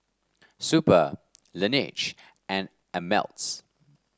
Super Laneige and Ameltz